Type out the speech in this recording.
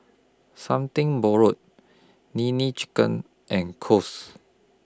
Something Borrowed Nene Chicken and Kose